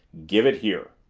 give it here!